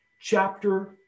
chapter